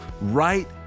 right